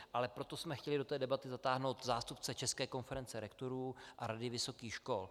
Ale proto jsme chtěli do debaty zatáhnout zástupce České konference rektorů a Rady vysokých škol.